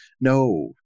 no